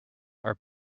are